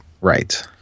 Right